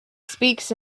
speaks